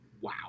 Wow